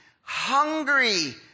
hungry